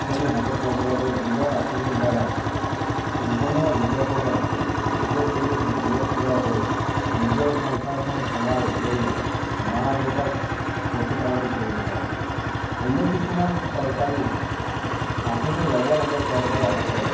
আঁচনি হাতত ল'ব লাগে যিবোৰ আঁচনিৰ দ্বাৰাই নিবনুৱা যুৱকসকলে নিজৰ ভৰিত নিজে ঠিয় হৈ নিজৰ সংসাৰখন চলাৰ উপৰিও মা দেউতাক প্ৰতিপালন কৰিব পাৰে এনে কিছুমান চৰকাৰী আঁচনি ল'ব লাগে চৰকাৰে হাতত